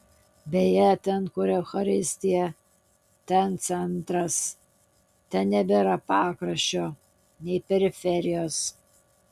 beje ten kur eucharistija ten centras ten nebėra pakraščio nei periferijos